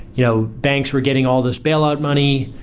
you know banks were getting all this bailout money,